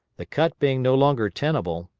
the cut being no longer tenable,